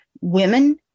women